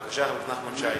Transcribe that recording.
בבקשה, חבר הכנסת שי.